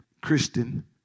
christian